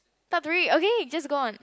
top three okay just go on